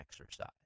exercise